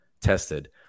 tested